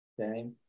Okay